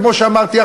כמו שאמרתי,